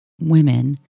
women